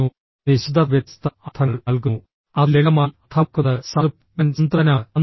നിശബ്ദത വ്യത്യസ്ത അർത്ഥങ്ങൾ നൽകുന്നു അത് ലളിതമായി അർത്ഥമാക്കുന്നത് സംതൃപ്തി ഞാൻ സംതൃപ്തനാണ് സന്തുഷ്ടനാണ്